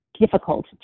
difficult